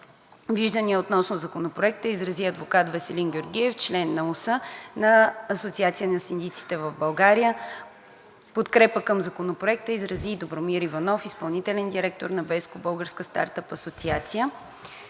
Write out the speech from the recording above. Виждания относно Законопроекта изрази адвокат Веселин Георгиев – член на УС на Асоциацията на синдиците в България. Подкрепа към Законопроекта изрази Добромир Иванов – изпълнителен директор на BESCO – Българската стартъп асоциация.